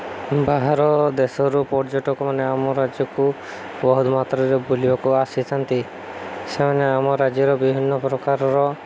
ବାହାର ଦେଶରୁ ପର୍ଯ୍ୟଟକମାନେ ଆମ ରାଜ୍ୟକୁ ବହୁତ ମାତ୍ରାରେ ବୁଲିବାକୁ ଆସିଥାନ୍ତି ସେମାନେ ଆମ ରାଜ୍ୟର ବିଭିନ୍ନ ପ୍ରକାରର